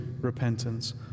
repentance